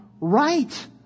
right